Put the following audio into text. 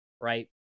right